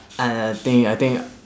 uh I think I think